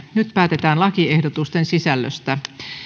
nyt päätetään lakiehdotusten sisällöstä